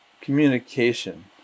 communication